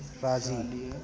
राज़ी